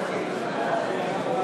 נתקבל.